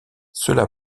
cela